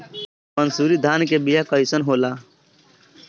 मनसुरी धान के बिया कईसन होला?